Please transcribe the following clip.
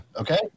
Okay